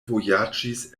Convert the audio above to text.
vojaĝis